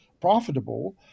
profitable